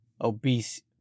obese